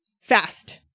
fast